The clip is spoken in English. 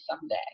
someday